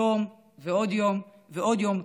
יום ועוד יום ועוד יום,